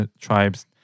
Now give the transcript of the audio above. tribes